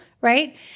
right